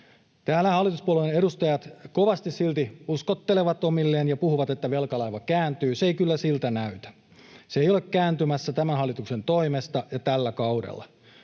Täällä hallituspuolueiden edustajat kovasti silti uskottelevat omilleen ja puhuvat, että velkalaiva kääntyy. Se ei kyllä siltä näytä. Se ei ole kääntymässä tämän hallituksen toimesta ja tällä kaudella.